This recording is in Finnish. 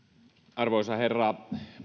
arvoisa herra